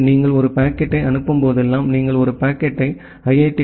எனவே நீங்கள் ஒரு பாக்கெட்டை அனுப்பும் போதெல்லாம் நீங்கள் ஒரு பாக்கெட்டை ஐ